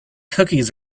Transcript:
cookies